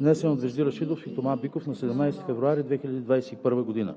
Вежди Рашидов и Тома Биков на 17 февруари 2021 г.